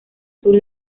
sur